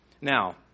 Now